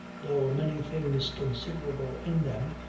though many things considerable in them,